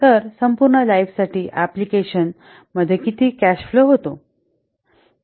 तर संपूर्ण लाईफसाठी अँप्लिकेशन मध्ये किती कॅश फ्लो होतो